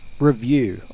review